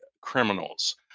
criminals